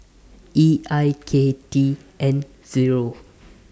E I K T N Zero